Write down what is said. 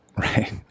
right